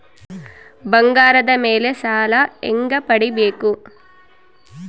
ಬಂಗಾರದ ಮೇಲೆ ಸಾಲ ಹೆಂಗ ಪಡಿಬೇಕು?